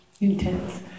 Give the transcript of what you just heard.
intense